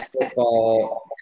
football